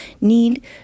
need